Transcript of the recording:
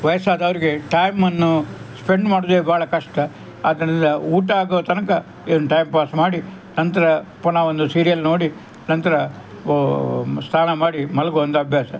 ವಯಸ್ಸಾದವ್ರಿಗೆ ಟೈಮನ್ನು ಸ್ಪೆಂಡ್ ಮಾಡೋದೇ ಭಾಳ ಕಷ್ಟ ಆದ್ದರಿಂದ ಊಟ ಆಗುವ ತನಕ ಏನು ಟೈಮ್ ಪಾಸ್ ಮಾಡಿ ನಂತರ ಪುನಃ ಒಂದು ಸೀರಿಯಲ್ ನೋಡಿ ನಂತರ ಓ ಸ್ನಾನ ಮಾಡಿ ಮಲಗುವ ಒಂದು ಅಭ್ಯಾಸ